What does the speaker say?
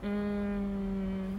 um